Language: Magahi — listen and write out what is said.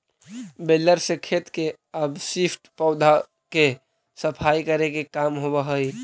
बेलर से खेत के अवशिष्ट पौधा के सफाई करे के काम होवऽ हई